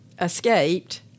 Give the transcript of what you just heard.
escaped